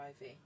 IV